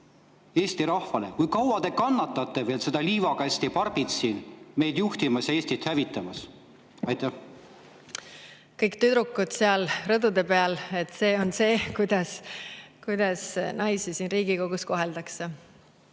Eesti rahvale: kui kaua te kannatate veel seda Liivakasti-Barbiet meid juhtimas ja Eestit hävitamas? Kõik tüdrukud seal rõdude peal, see on see, kuidas naisi siin Riigikogus koheldakse.